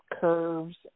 curves